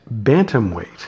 Bantamweight